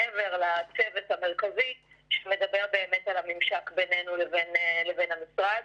מעבר לצוות המרכזי שמדבר על הממשק בינינו לבין המשרד.